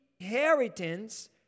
inheritance